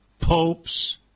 popes